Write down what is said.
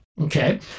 Okay